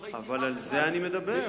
בהתנדבות.